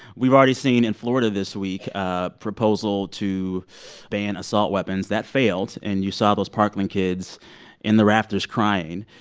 we've already seen in florida this week a proposal to ban assault weapons. that failed. and you saw those parkland kids in the rafters crying.